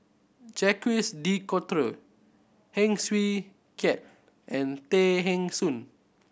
Jacques De Coutre Heng Swee Keat and Tay Eng Soon